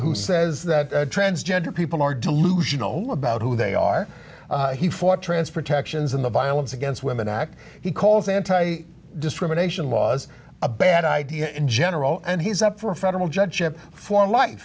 who says that transgender people are delusional about who they are he fought transportations in the violence against women act he calls anti discrimination laws a bad idea in general and he's up for a federal judgeship for life